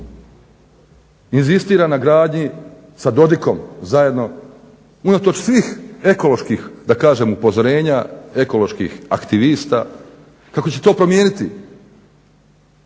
inzistira na gradnji sa Dodikom zajedno, unatoč svih ekoloških upozorenja, ekoloških aktivista, kako će to promijeniti